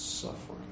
suffering